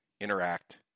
interact